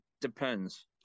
depends